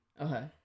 Okay